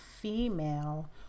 female